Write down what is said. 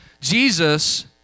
Jesus